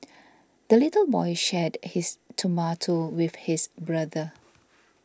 the little boy shared his tomato with his brother